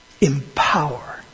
empower